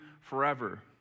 forever